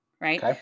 right